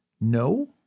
No